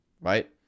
right